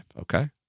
okay